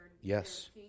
yes